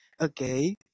Okay